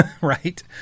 right